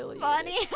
funny